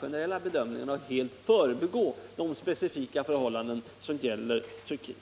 generella bedömningar. Man kan inte helt förbigå de specifika förhållanden som gäller Turkiet.